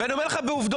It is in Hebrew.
אני אומר לך בעובדות.